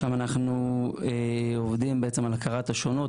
שם אנחנו עובדים על הכרת השונות.